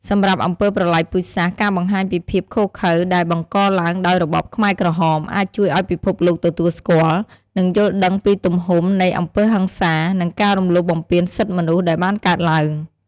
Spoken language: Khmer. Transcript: សម្រាប់អំពើប្រល័យពូជសាសន៍ ការបង្ហាញពីភាពឃោរឃៅដែលបង្កឡើងដោយរបបខ្មែរក្រហម អាចជួយឱ្យពិភពលោកទទួលស្គាល់ និងយល់ដឹងពីទំហំនៃអំពើហិង្សា និងការរំលោភបំពានសិទ្ធិមនុស្សដែលបានកើតឡើង។